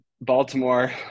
baltimore